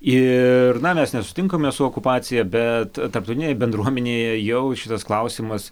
ir na mes nesutinkame su okupacija bet tarptautinėje bendruomenėje jau šitas klausimas